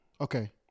Okay